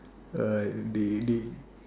uh they they